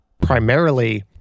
primarily